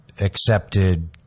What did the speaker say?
accepted